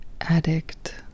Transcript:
addict